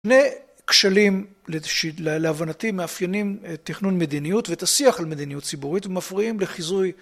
שני כשלים לשי... להבנתי, מאפיינים... תכנון מדיניות ואת השיח על מדיניות ציבורית, ומפריעים לחיזוי